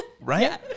Right